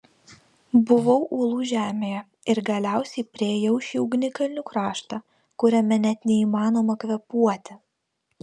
buvau uolų žemėje ir galiausiai priėjau šį ugnikalnių kraštą kuriame net neįmanoma kvėpuoti